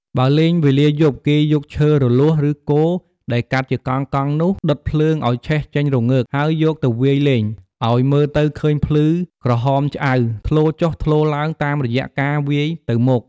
បើលេងវេលាយប់ គេយកឈើរលួស ឬគរដែលកាត់ជាកង់ៗ នោះដុតភ្លើងឲ្យឆេះចេញរងើក ហើយយកទៅវាយលង ឲ្យមើលទៅឃើញភ្លឺក្រហមឆ្អៅ ធ្លោចុះធ្លោឡើងតាមរយៈការវាយទៅមក។